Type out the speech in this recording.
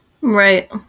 Right